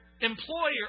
employer